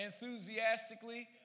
enthusiastically